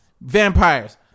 vampires